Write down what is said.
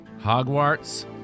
Hogwarts